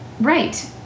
Right